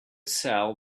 sell